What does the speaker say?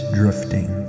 drifting